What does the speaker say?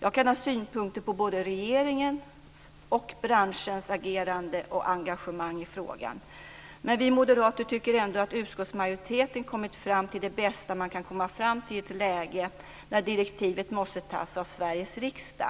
Jag kan ha synpunkter på både regeringens och branschens agerande och engagemang i frågan. Men vi moderater tycker ändå att utskottsmajoriteten har kommit fram till det bästa man kan komma fram till i ett läge där direktivet måste antas av Sveriges riksdag.